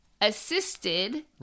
assisted